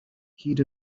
hyd